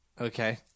Okay